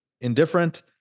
indifferent